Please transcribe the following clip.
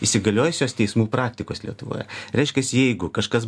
įsigaliojusios teismų praktikos lietuvoje reiškias jeigu kažkas